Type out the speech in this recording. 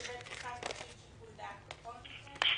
שבית משפט מפעיל שיקול דעת בכל מקרה.